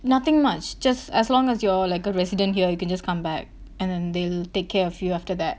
nothing much just as long as you're like a resident here you can just come back and then they'll take care of you after that